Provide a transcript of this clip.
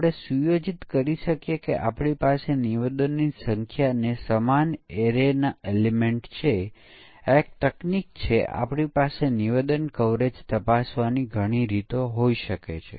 64 bit computer માં x માટેનું domain કદ 264 છે અને તે જ રીતે y માટે 264 છે